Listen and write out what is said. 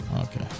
Okay